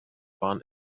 bahn